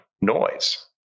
noise